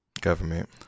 government